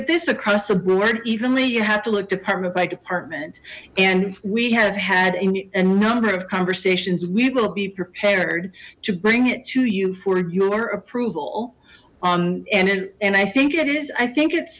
at this across the board evenly you have to look department by department and we have had a number of conversations we will be prepared to bring it to you for your approval and i think it is i think it's